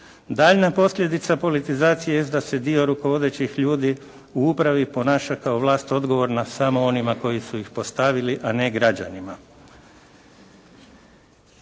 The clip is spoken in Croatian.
Daljnja posljedica politizacije jest da se dio rukovodećih ljudi u upravi ponaša kao vlast odgovorna samo onima koji su ih postavili a ne građanima.